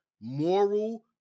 moral